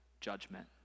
judgment